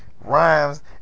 rhymes